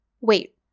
wait